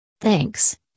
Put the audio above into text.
Thanks